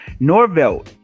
Norvelt